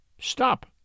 Stop